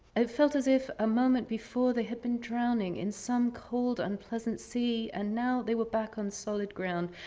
it felt as if ah moment before they had been drowning in some cold, unpleasant sea, and now they were back on solid ground,